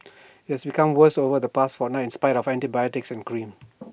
IT has become worse over the past fortnight in spite of antibiotics and cream